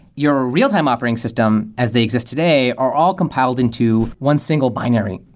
your real-time operating system as they exist today are all compiled into one single binary.